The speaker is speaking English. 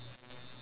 it's fifty